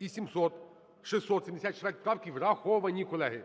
і 674 правки враховані, колеги.